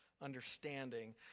understanding